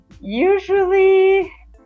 usually